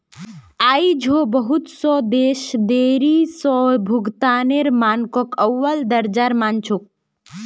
आई झो बहुत स देश देरी स भुगतानेर मानकक अव्वल दर्जार मान छेक